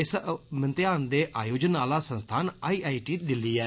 इस मतेयान दे आयोजन आला संस्थान आई आई टी दिल्ली ऐ